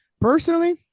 Personally